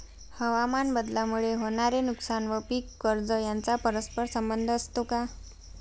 हवामानबदलामुळे होणारे नुकसान व पीक कर्ज यांचा परस्पर संबंध असतो का?